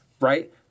right